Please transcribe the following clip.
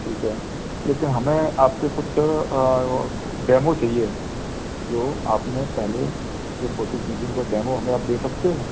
ठीक है लेकिन हमें आपके कुछ डैमो चहिए जो आपने पहले जो फ़ोटू खींचे हैं उनका डैमो हमें आप दे सकते हो